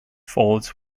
falls